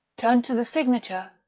turned to the signature,